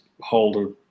holder